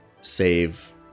save